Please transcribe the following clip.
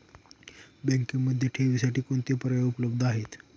बँकेमध्ये ठेवींसाठी कोणते पर्याय उपलब्ध आहेत?